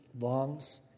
longs